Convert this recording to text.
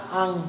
ang